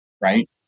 right